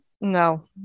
No